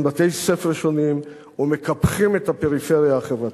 בתי-ספר שונים ומקפחים את הפריפריה החברתית.